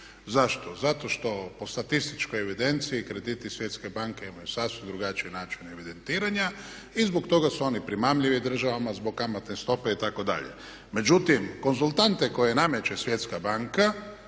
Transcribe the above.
Zašto? Zato što po statističkoj evidenciji krediti Svjetske banke imaju sasvim drugačije načine evidentiranja i zbog toga su oni primamljivi državama zbog kamatne stope itd. Međutim, konzultante koje nameće Svjetska banka